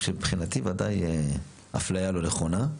שמבחינתי ודאי סוג של אפליה לא נכונה.